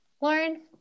Lauren